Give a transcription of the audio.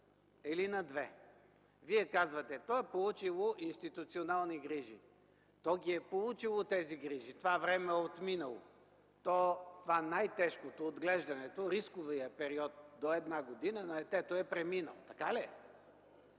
или на две години, Вие казвате – то е получило институционални грижи. То е получило тези грижи, но това време е отминало, то е най-тежкото – отглеждането, рисковият период до 1 година на детето е преминал. Така ли е?